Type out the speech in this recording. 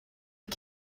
you